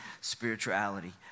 spirituality